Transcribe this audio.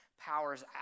Power's